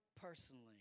personally